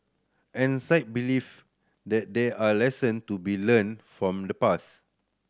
and Singh believe that there are lesson to be learnt from the past